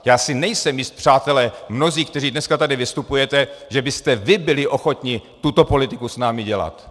Já si nejsem jist, přátelé, mnozí, kteří dneska tady vystupujete, že byste vy byli ochotni tuto politiku s námi dělat.